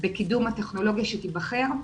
בקידום הטכנולוגיה שתיבחר,